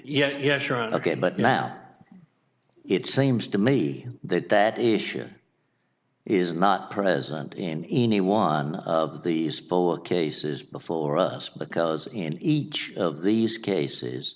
yeah yeah sure and ok but now it seems to me that that issue is not present in any one of these pole cases before us because in each of these cases